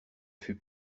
fût